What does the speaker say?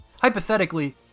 Hypothetically